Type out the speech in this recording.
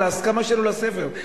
על ההסכמה שלו לספר,